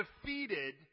defeated